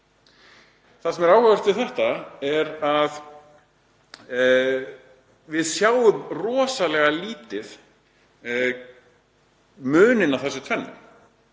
Það sem er áhugavert við þetta er að við sjáum rosalega lítið muninn á þessu tvennu.